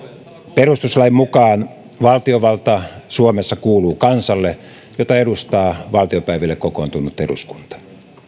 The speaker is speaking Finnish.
perustuslain mukaan valtiovalta suomessa kuuluu kansalle jota edustaa valtiopäiville kokoontunut eduskunta